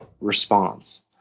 response